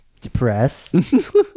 Depressed